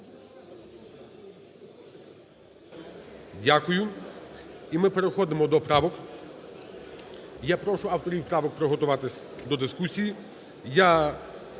Дякую. І ми переходимо до правок. Я прошу авторів правок приготуватись до дискусії. Я